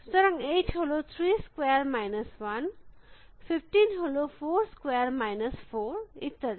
সুতরাং 8 হল 3 square minus 1 15 হল 4 স্কয়ার মাইনাস 4 ইত্যাদি